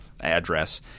address